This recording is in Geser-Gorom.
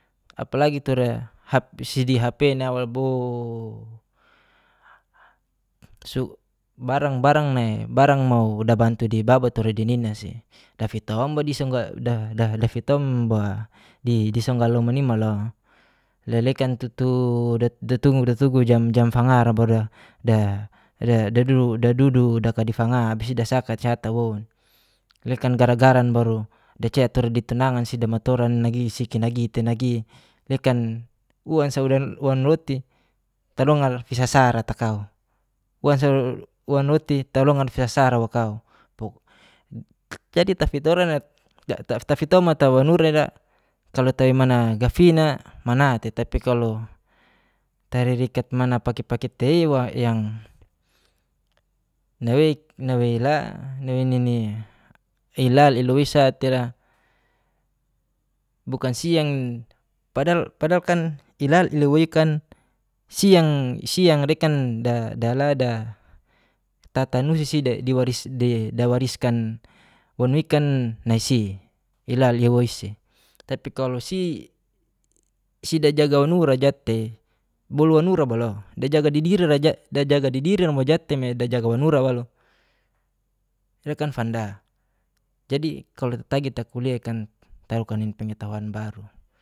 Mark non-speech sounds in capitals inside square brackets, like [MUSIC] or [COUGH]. Apalagi tura hapisidi hapena waboooo, [HESITATION] barang barang ne barang mau dabantu dibaba tura dininasi [UNINTELLIGIBLE] dafitomba disonggalomanima lo lelekan tutu [HESITATION] datugu jam jam fangara [UNINTELLIGIBLE] dadudu dakandi fanga abis itu desaka siatawo, lekan gara garan baru de cet tura de tunangan sidamatoran nagi siki nagi tei nagi [UNINTELLIGIBLE] uang sa, uan roti talongal fisasarata kau. Uan sa uan roti talongan fisasarawa kau. [HESITATION] jadi tafitomata wanuri'ra kalo toimana gafina mana tei. Tapi taririkat mana pake-pake tei'wa yang nawek naweila nawainini ilal iluisa tila bukan siang, [HESITATION] padahal kan ilal ilaweikan siang siang dekan [HESITATION] dalada tatnusi sida [HESITATION] dawariskan wanuikan naisi ilal liwaisi, tapi kalo [HESITATION] sidajaga wanurajat'e dajaga didira wajat'eme dajaga wanura walo dekan fanda, jadi kalo tatag takuliakan tarukanen pengetahuan baru.